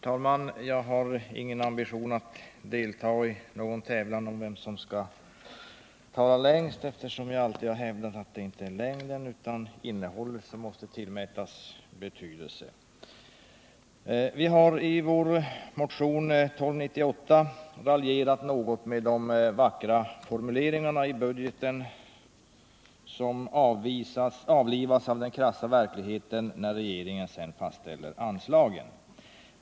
Herr talman! Jag har ingen ambition att delta i någon tävlan om vem som kan tala längst, eftersom jag alltid har hävdat att det inte är längden utan innehållet som måste tillmätas betydelse. I vår motion 1298 raljerar vi något med de vackra formuleringarna i budgeten, vilka avlivas av den krassa verkligheten när regeringen har fastställt anslagen.